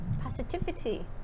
Positivity